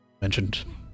mentioned